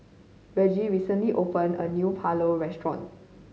Reggie recently opened a new Pulao Restaurant